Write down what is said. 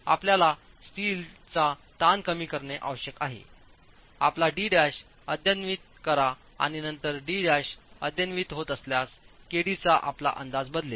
आपल्याला स्टीलचा ताण कमी करणे आवश्यक आहे आपला d' अद्यतनित करा आणि नंतर d' अद्यतनित होत असल्यासkd चाआपला अंदाजबदलेल